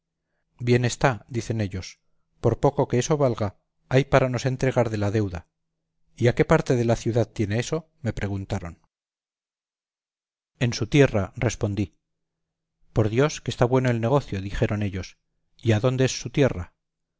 bien está dicen ellos por poco que eso valga hay para nos entregar de la deuda y a qué parte de la ciudad tiene eso me preguntaron en su tierra respondí por dios que está bueno el negocio dijeron ellos y adónde es su tierra